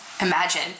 Imagine